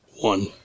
one